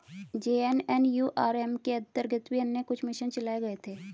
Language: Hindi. जे.एन.एन.यू.आर.एम के अंतर्गत भी अन्य कुछ मिशन चलाए गए थे